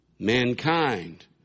Mankind